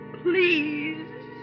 please